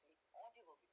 audio